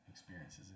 Experiences